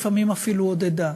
לפעמים אפילו עודדה.